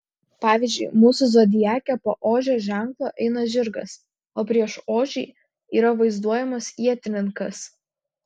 pavyzdžiui mūsų zodiake po ožio ženklo eina žirgas o prieš ožį yra vaizduojamas ietininkas